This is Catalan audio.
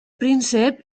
príncep